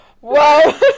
Wow